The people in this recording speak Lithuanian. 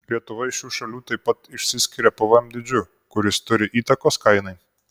lietuva iš šių šalių taip pat išsiskiria pvm dydžiu kuris turi įtakos kainai